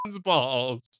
balls